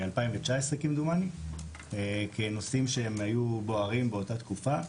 ב-2019 כמדומני, כנושאים שהיו בוערים באותה תקופה.